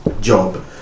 job